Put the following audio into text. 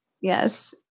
Yes